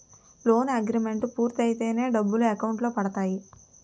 loan agreement పూర్తయితేనే డబ్బులు account లో పడతాయి